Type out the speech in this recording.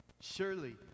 Surely